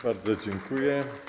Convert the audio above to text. Bardzo dziękuję.